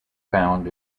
found